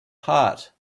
heart